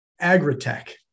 agri-tech